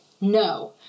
no